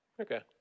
Okay